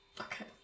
Okay